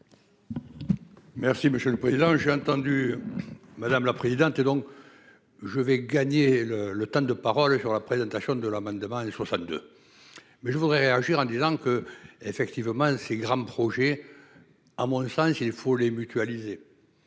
Merci, monsieur le Président, j'ai entendu. Madame la présidente, et donc. Je vais gagner le le temps de parole sur la présentation de la manne demain les je crois de. Mais je voudrais réagir en disant que, effectivement, ces grands projets. À mon sens il faut les mutualiser.